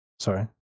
sorry